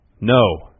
No